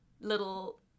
little